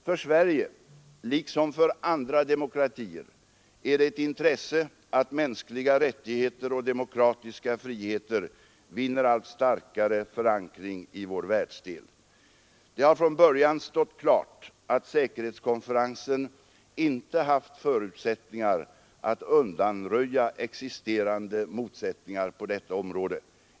För Sverige, liksom för andra demokratier, är det ett intresse att mänskliga rättigheter och demokratiska friheter vinner allt starkare förankring i vår världsdel. Men det har från början stått klart att säkerhetskonferensen inte haft förutsättningar att undanröja existerande motsättningar på detta område.